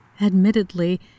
Admittedly